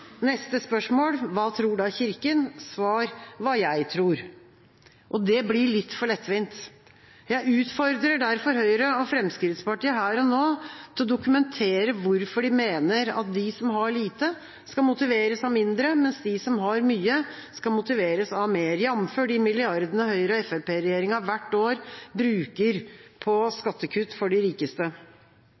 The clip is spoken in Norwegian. Neste spørsmål: «Hva tror da kirken?» Svar: «Hva jeg tror.» Det blir litt for lettvint. Jeg utfordrer derfor Høyre og Fremskrittspartiet her og nå til å dokumentere hvorfor de mener at de som har lite, skal motiveres av mindre, mens de som har mye, skal motiveres av mer – jamfør de milliardene Høyre–Fremskrittsparti-regjeringa hvert år bruker på skattekutt for de rikeste.